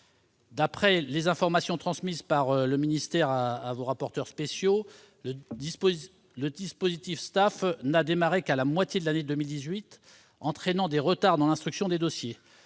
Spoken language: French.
Selon les informations transmises par le ministère à vos rapporteurs spéciaux, il n'a démarré qu'à la moitié de l'année 2018, entraînant des retards dans l'instruction des dossiers.